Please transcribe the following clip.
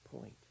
point